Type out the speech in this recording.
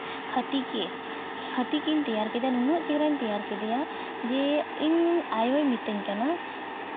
ᱦᱟᱹᱛᱤ ᱜᱮ ᱦᱟᱹᱛᱤ ᱜᱤᱧ ᱛᱮᱭᱟᱨ ᱠᱮᱫᱮᱭᱟ ᱱᱩᱱᱟᱹᱜ ᱪᱮᱦᱨᱟᱧ ᱛᱮᱭᱟᱨ ᱠᱮᱫᱮᱭᱟ ᱡᱮ ᱤᱧ ᱟᱭᱳᱭ ᱢᱤᱛᱟᱹᱧ ᱠᱟᱱᱟ